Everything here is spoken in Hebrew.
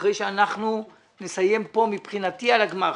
אחרי שאנחנו נסיים פה מבחינתי על הגמ"חים,